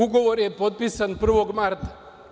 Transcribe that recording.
Ugovor je potpisan 1. marta.